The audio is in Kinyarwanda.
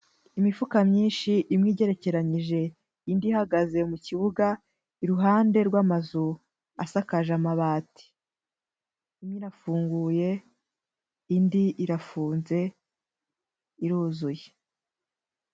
Imifuka myinshi, imwe igererekeranyije, indi ihagaze mu kibuga, iruhande rw'amazu asakaje amabati, imwe irafunguye, indi irafunze iruzuye.